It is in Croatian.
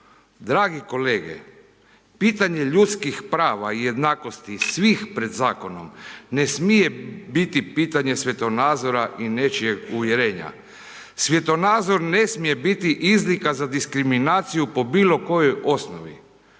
Dragi kolege, pitanje ljudskih prava i jednakosti svih pred zakonom, ne smije biti pitanje svjetonazora i nečijeg uvjerenja. Svjetonazor ne smije biti izlika za diskriminaciju po bilo kojoj osnovi.